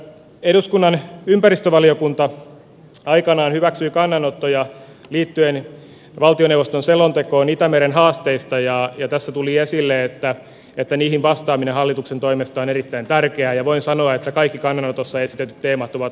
eduskunnan ympäristövaliokunta aikanaan hyväksyi kannanottoja liittyen valtioneuvoston selontekoon itämeren haasteista ja tässä tuli esille että niihin vastaaminen hallituksen toimesta on erittäin tärkeää ja voin sanoa että kaikki kannanotossa esitetyt teemat ovat menneet eteenpäin